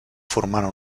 formant